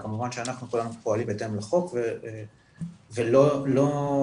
וכמובן שאנחנו פועלים בהתאם לחוק ולא ניתן,